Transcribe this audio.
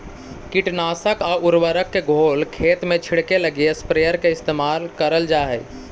कीटनाशक आउ उर्वरक के घोल खेत में छिड़ऽके लगी स्प्रेयर के इस्तेमाल करल जा हई